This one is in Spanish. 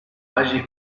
valles